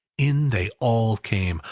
in they all came,